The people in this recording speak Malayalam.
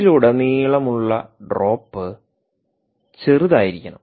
ഇതിലുടനീളമുള്ള ഡ്രോപ്പ് ചെറുതായിരിക്കണം